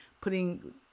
putting